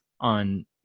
on